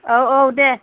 औ औ दे